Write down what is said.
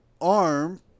arm